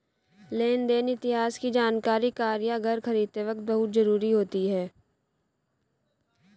लेन देन इतिहास की जानकरी कार या घर खरीदते वक़्त बहुत जरुरी होती है